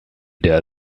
der